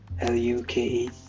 L-U-K-E